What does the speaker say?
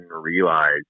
realize